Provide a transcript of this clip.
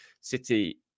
City